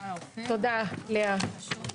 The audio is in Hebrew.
הישיבה ננעלה בשעה